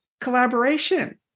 collaboration